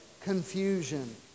confusion